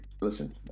Listen